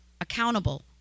accountable